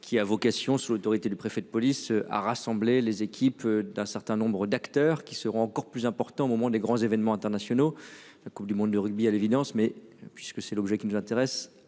qui a vocation, sous l'autorité du préfet de police a rassemblé les équipes d'un certain nombre d'acteurs qui seront encore plus important au moment des grands événements internationaux, la Coupe du monde de rugby, à l'évidence mais puisque c'est l'objet qui nous intéresse